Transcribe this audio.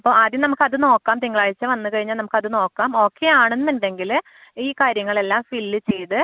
അപ്പോൾ ആദ്യം നമുക്കത് നോക്കാം തിങ്കളാഴ്ച വന്ന് കഴിഞ്ഞാൽ നമുക്കത് നോക്കാം ഓക്കെ ആണെന്നുണ്ടെങ്കിൽ ഈ കാര്യങ്ങളെല്ലാം ഫിൽ ചെയ്ത്